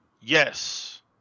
Yes